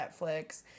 netflix